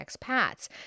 expats